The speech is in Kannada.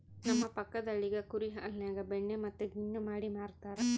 ನಮ್ಮ ಪಕ್ಕದಳ್ಳಿಗ ಕುರಿ ಹಾಲಿನ್ಯಾಗ ಬೆಣ್ಣೆ ಮತ್ತೆ ಗಿಣ್ಣು ಮಾಡಿ ಮಾರ್ತರಾ